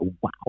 wow